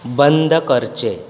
बंद करचें